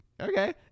okay